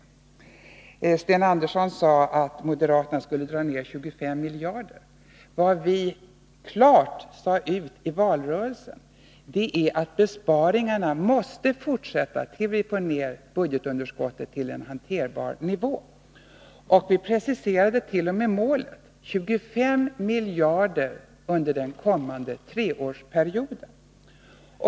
93 Sten Andersson sade att moderaterna skuile dra ner statsutgifterna med 25 miljarder kronor. Vad vi klart uttalade i valrörelsen var att besparingarna måste fortsätta till dess att vi får ner budgetunderskottet till en hanterbar nivå. Och vi preciserade t.o.m. målet: 25 miljarder kronor under den kommande treårsperioden.